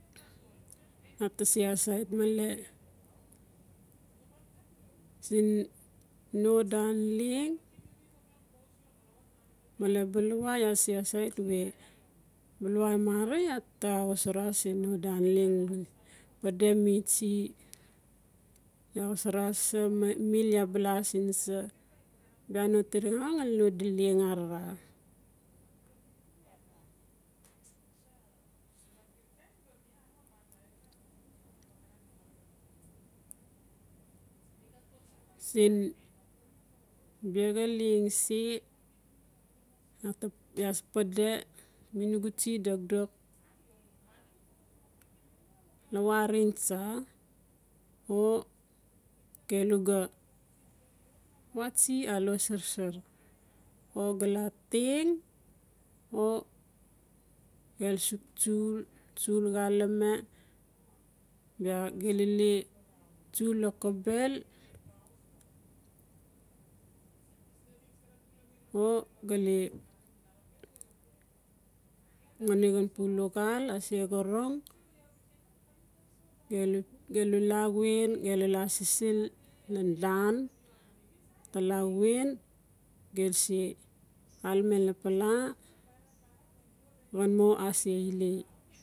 Iaa ta se asait male siin no dan leng male bala iaa se asait bala marang iaa ta wasara siin no dan leng arara. Pede mi tsi iaa wasara sa mil iaa ba la siin sa bia no tinaxa ngali no di leng arar siin bexa leng se iaa pede mi nugu tsi dokdok, lawareng tsa o gelu ga, wa tsi a lo sarsar o ga la teng o gelu suk tsul xaleme-tsul xaleme bia gelu la tsul lokobel o gale ngali pu luxal a se xorong gelu la wen gelu a sisil nan dan ta la wen gel se xalame lapala o xa mo a se ilei.